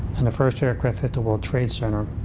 and the first aircraft hit the world trade center,